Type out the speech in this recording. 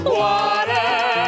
water